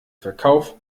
verkauf